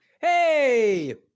Hey